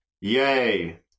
Yay